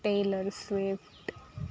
tailor swift